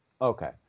okay